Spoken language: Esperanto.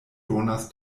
donas